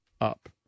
up